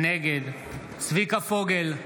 נגד צביקה פוגל,